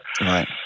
Right